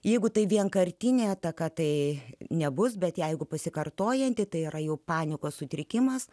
jeigu tai vienkartinė ataka tai nebus bet jeigu pasikartojanti tai yra jau panikos sutrikimas